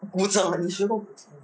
古筝你学过古筝